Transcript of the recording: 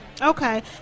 Okay